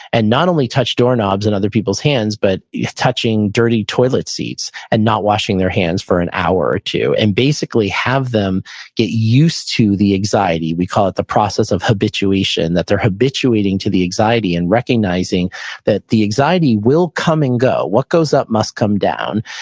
and not only touch doorknobs and other people's hands, but yeah touching dirty toilet seats and not washing their hands for an hour or two. and basically have them get used to the anxiety. we call it the process of habituation, that they're habituating to the anxiety and recognizing that the anxiety will come and go. what goes up must come down.